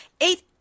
eight